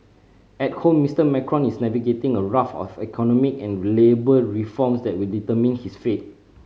at home Mister Macron is navigating a raft of economic and labour reforms that will determine his fate